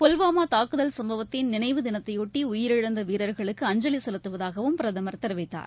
புல்வாமா தாக்குதல் சம்பவத்தின் நினைவு தினத்தையொட்டி உயிரிழந்த வீரர்களுக்கு அஞ்சலி செலுத்துவதாகவும் பிரதமர் தெரிவித்தார்